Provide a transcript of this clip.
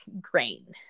grain